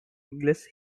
english